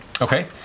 Okay